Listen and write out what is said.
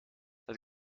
het